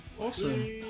Awesome